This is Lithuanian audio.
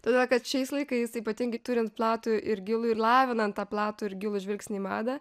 todėl kad šiais laikais ypatingai turint platų ir gilų ir lavinant tą platų ir gilų žvilgsnį į madą